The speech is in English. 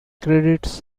credits